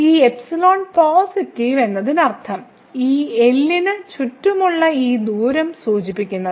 ഈ epsilon positive എന്നതിനർത്ഥം ഈ L ന് ചുറ്റുമുള്ള ഈ ദൂരം സൂചിപ്പിക്കുന്നത്